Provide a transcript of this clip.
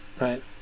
right